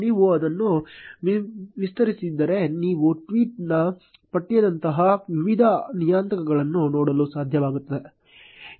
ನೀವು ಅದನ್ನು ವಿಸ್ತರಿಸಿದರೆ ನೀವು ಟ್ವೀಟ್ ನ ಪಠ್ಯದಂತಹ ವಿವಿಧ ನಿಯತಾಂಕಗಳನ್ನು ನೋಡಲು ಸಾಧ್ಯವಾಗುತ್ತದೆ